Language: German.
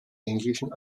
englischen